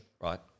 Right